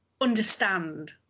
understand